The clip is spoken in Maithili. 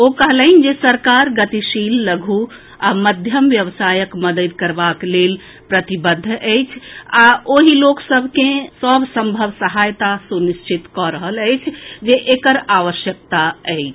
ओ कहलनि जे सरकार गतिशील लघु आ मध्यम व्यवसायक मददि करबाक लेल प्रतिबद्ध अछि आ ओहि लोक सभ के सभ संभव सहायता सुनिश्चित कऽ रहल अछि जे एकर आवश्यकता अछि